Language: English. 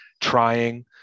trying